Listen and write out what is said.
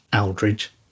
Aldridge